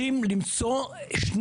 חבר הכנסת חילי טרופר.